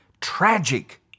tragic